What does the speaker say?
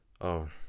Oh